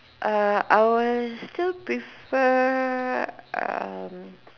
uh I'll still prefer err